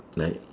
like